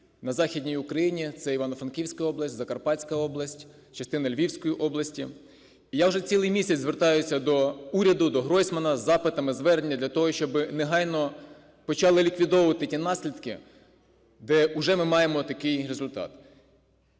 на Західній Україні – це Івано-Франківська область, Закарпатська область, частина Львівської області. Я вже цілий місяць звертаюся до уряду, до Гройсмана із запитами, зверненнями для того, щоби негайно почали ліквідовувати ті наслідки, де вже ми маємо такий результат.